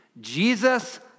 Jesus